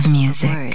music